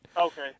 Okay